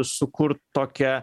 sukurt tokią